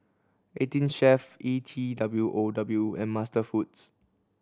Eighteen Chef E T W O W and MasterFoods